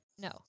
no